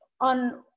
on